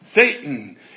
Satan